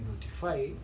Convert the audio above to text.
notify